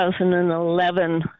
2011